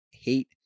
Hate